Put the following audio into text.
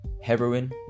heroin